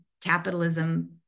capitalism